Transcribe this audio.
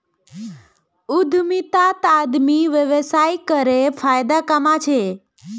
उद्यमितात आदमी व्यवसाय करे फायदा कमा छे